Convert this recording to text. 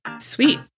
Sweet